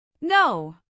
No